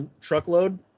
truckload